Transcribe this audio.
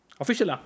Official